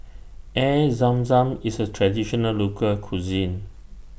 Air Zam Zam IS A Traditional Local Cuisine